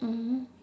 mmhmm